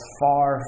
far